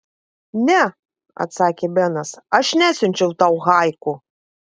ne atsakė benas aš nesiunčiau tau haiku